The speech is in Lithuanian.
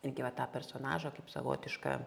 irgi va tą personažą kaip savotišką